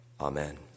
Amen